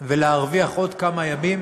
ולהרוויח עוד כמה ימים